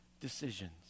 decisions